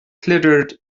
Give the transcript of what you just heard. glittered